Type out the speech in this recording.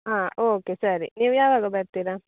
ಹಾಂ ಓಕೆ ಸರಿ ನೀವು ಯಾವಾಗ ಬರ್ತೀರಾ